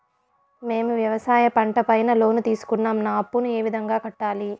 మేము వ్యవసాయ పంట పైన లోను తీసుకున్నాం నా అప్పును ఏ విధంగా కట్టాలి